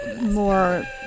more